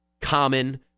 common